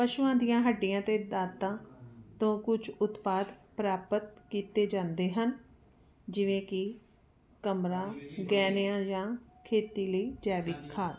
ਪਸ਼ੂਆਂ ਦੀਆਂ ਹੱਡੀਆਂ ਤੇ ਦਾਤਾਂ ਤੋਂ ਕੁਝ ਉਤਪਾਦ ਪ੍ਰਾਪਤ ਕੀਤੇ ਜਾਂਦੇ ਹਨ ਜਿਵੇਂ ਕਿ ਕਮਰਾ ਗਹਿਣਿਆਂ ਜਾਂ ਖੇਤੀ ਲਈ ਜੈਵਿਕ ਖਾਦ